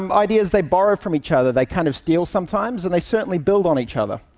um ideas, they borrow from each other, they kind of steal sometimes, and they certainly build on each other,